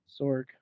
Sorg